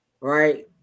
right